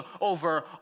over